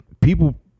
people